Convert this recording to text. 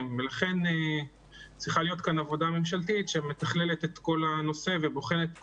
ולכן צריכה להיות כאן עבודה ממשלתית שמתכללת את כל הנושא ובוחנת את